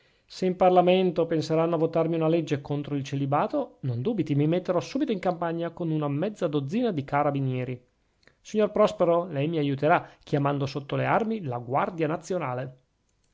se in parlamento penseranno a votarmi una legge contro il celibato non dubiti mi metterò subito in campagna con una mezza dozzina di carabinieri signor prospero lei mi aiuterà chiamando sotto le armi la guardia nazionale